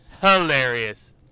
Hilarious